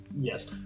Yes